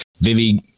Vivi